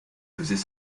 faisant